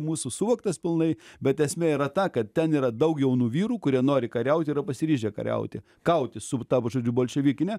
mūsų suvoktas pilnai bet esmė yra ta kad ten yra daug jaunų vyrų kurie nori kariaut yra pasiryžę kariauti kautis su ta žodžiu bolševikine